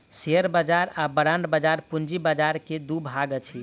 share बाजार आ bond बाजार पूंजी बाजार के दू भाग अछि